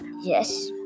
Yes